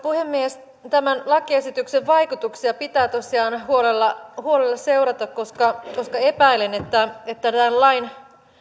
puhemies tämän lakiesityksen vaikutuksia pitää tosiaan huolella huolella seurata koska koska epäilen että että tämän lain